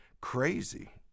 Crazy